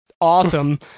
awesome